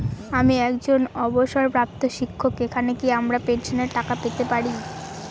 আমি একজন অবসরপ্রাপ্ত শিক্ষক এখানে কি আমার পেনশনের টাকা পেতে পারি?